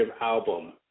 album